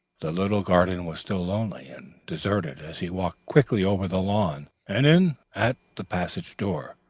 the little garden was still lonely and deserted as he walked quickly over the lawn and in at the passage door.